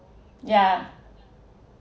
yeah